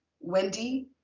Wendy